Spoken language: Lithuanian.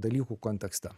dalykų kontekste